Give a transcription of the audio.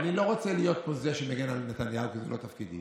אני לא רוצה להיות פה זה שמגן על נתניהו וזה לא תפקידי,